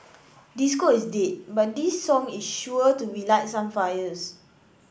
disco is dead but this song is sure to relight some fires